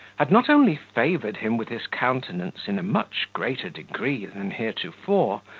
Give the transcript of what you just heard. had not only favoured him with his countenance in a much greater degree than heretofore,